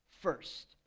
first